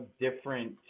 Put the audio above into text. different